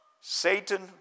Satan